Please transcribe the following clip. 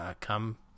Come